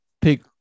pick